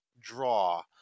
draw